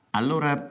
allora